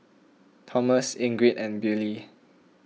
Tomas Ingrid and Billye